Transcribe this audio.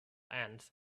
ants